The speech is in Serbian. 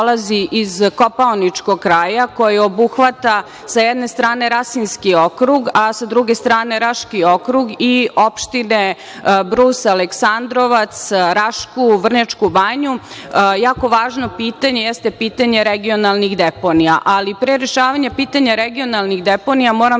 iz Kopaoničkog kraja, koji obuhvata sa jedne strane Rasinski okrug, a sa druge strane Raški okrug i opštine Brus, Aleksandrovac, Rašku, Vrnjačku Banju, jako važno pitanje jeste pitanje regionalnih deponija, ali pre rešavanja pitanja regionalnih deponija moram